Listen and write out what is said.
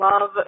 love